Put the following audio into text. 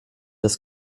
dass